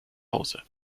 hause